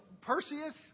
Perseus